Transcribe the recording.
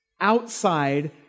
Outside